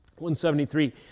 173